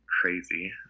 crazy